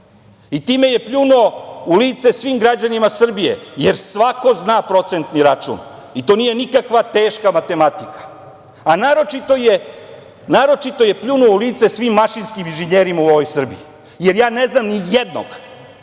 Time je pljunuo u lice svim građanima Srbije, jer svako zna procentni račun i to nije nikakva teška matematika, a naročito je pljunuo u lice svim mašinskim inženjerima u ovoj Srbiji. Jer, ja ne znam ni jednog